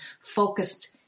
focused